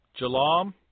Jalam